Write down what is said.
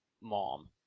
mom